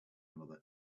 another